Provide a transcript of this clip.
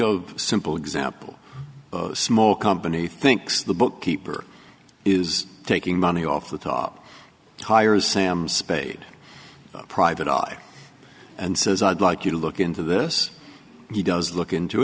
a simple example a small company thinks the bookkeeper is taking money off the top hires sam spade private eye and says i'd like you to look into this he does look into